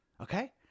Okay